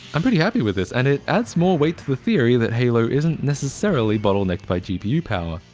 i'm pretty happy with this and it adds more weight to the theory that halo isn't necessarily bottlenecked by gpu power.